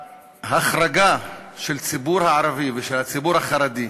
ההחרגה של הציבור הערבי ושל הציבור החרדי,